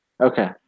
Okay